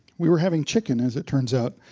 we were having chicken, as it turns out.